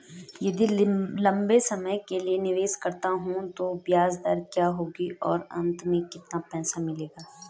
यदि लंबे समय के लिए निवेश करता हूँ तो ब्याज दर क्या होगी और अंत में कितना पैसा मिलेगा?